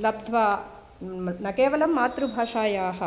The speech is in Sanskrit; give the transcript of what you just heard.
लब्ध्वा न केवलं मातृभाषायाः